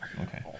Okay